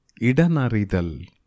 idanaridal